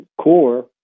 core